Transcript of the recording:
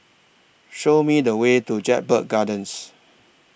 Show Me The Way to Jedburgh Gardens